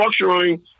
structuring